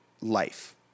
life